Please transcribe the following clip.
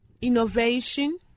innovation